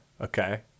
okay